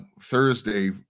thursday